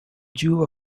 jew